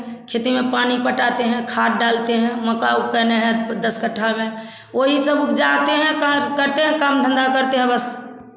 खेती में पानी पटाते हैं खाद डालते हैं मका वह केने है तो दस कठ्ठा में वही सब उपजाते हैं करते हैं काम धंधा करते हैं बस